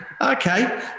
Okay